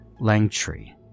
Langtree